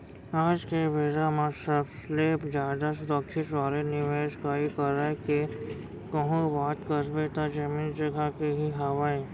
आज के बेरा म सबले जादा सुरक्छित वाले निवेस करई के कहूँ बात करबे त जमीन जघा के ही हावय